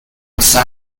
son